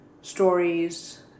stories